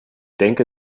denke